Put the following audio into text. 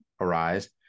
arise